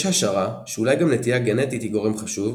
יש השערה שאולי גם נטייה גנטית היא גורם חשוב,